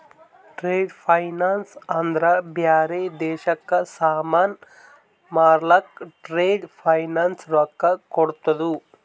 trade finance ಅಂದ್ರ ಬ್ಯಾರೆ ದೇಶಕ್ಕ ಸಾಮಾನ್ ಮಾರ್ಲಕ್ ಟ್ರೇಡ್ ಫೈನಾನ್ಸ್ ರೊಕ್ಕಾ ಕೋಡ್ತುದ್